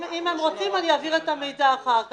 אם רוצים אעביר את המידע אחר כך.